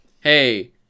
hey